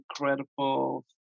incredible